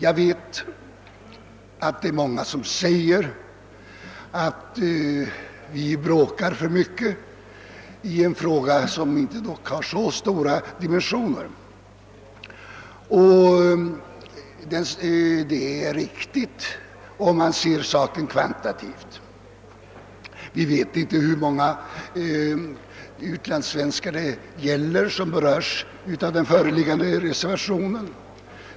Nu vet jag att många säger att vi bråkar för mycket om denna sak som ändå inte har särskilt stora dimensioner. Detta är riktigt, men bara om man ser saken kvantitativt. Man vet inte hur många utlandssvenskar som beröres av den föreliggande reservationen.